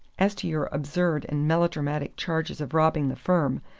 as to your absurd and melodramatic charges of robbing the firm,